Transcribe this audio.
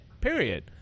Period